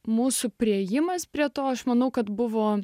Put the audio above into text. mūsų priėjimas prie to aš manau kad buvo